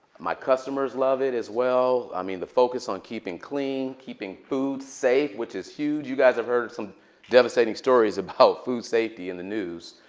my customers love it as well. i mean, the focus on keeping clean, keeping food safe, which is huge. you guys have heard of some devastating stories um about food safety in the news.